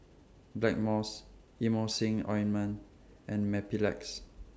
Blackmores Emulsying Ointment and Mepilex